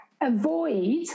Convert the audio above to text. Avoid